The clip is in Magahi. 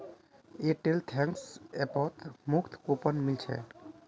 एयरटेल थैंक्स ऐपत मुफ्त कूपन मिल छेक